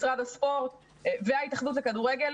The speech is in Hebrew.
משרד הספורט וההתאחדות לכדורגל,